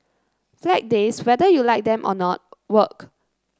Flag Days whether you like them or not work